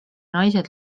naised